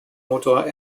motor